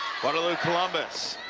guadalupe columbus.